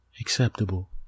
Acceptable